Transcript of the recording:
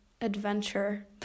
Adventure